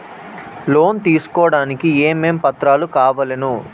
Loan తీసుకోడానికి ఏమేం పత్రాలు కావలెను?